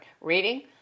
Reading